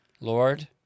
Lord